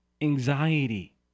anxiety